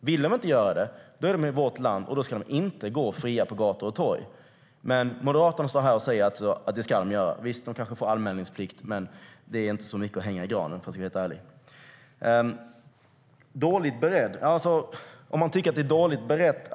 Vill de inte göra det ska de inte gå fria på gator och torg i vårt land. Moderaterna säger att de ska göra det. Visst, de kanske får anmälningsplikt, men det är inte så mycket att hänga i granen, om jag ska vara helt ärlig. Jag förstår inte riktigt var man får ifrån att förslaget skulle vara dåligt berett.